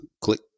Click